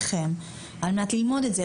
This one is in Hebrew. אצלכם, על מנת ללמוד את זה.